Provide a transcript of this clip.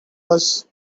was